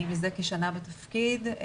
אני מזה כשנה בתפקיד.